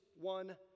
one